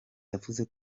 yavuze